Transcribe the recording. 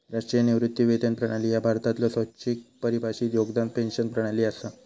राष्ट्रीय निवृत्ती वेतन प्रणाली ह्या भारतातलो स्वैच्छिक परिभाषित योगदान पेन्शन प्रणाली असा